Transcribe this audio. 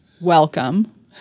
welcome